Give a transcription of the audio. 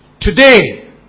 Today